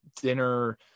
dinner